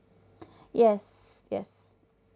yes yes